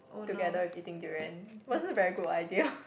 together with eating durian was a very good idea